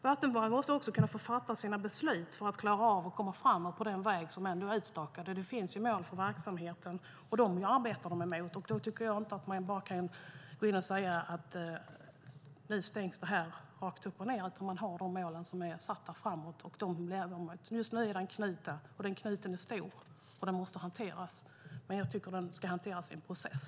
Vattenfall måste också få fatta sina beslut för att klara av att komma framåt på den väg som ändå är utstakad. Det finns ju mål för verksamheten, och dem arbetar Vattenfall emot. Då tycker jag inte att man rakt upp och ned kan säga: Nu stängs det! Man har de mål framåt som är satta. Just nu är det en knut, och den knuten är stor och måste hanteras. Men jag tycker att den ska hanteras i en process.